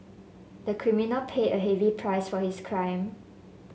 the criminal paid a heavy price for his crime